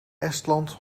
estland